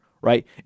right